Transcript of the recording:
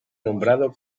nombrado